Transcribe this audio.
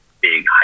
big